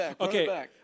Okay